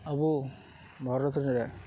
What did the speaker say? ᱟᱵᱚ ᱵᱷᱟᱨᱚᱛ ᱨᱮ